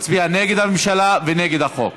מצביע נגד הממשלה ונגד החוק.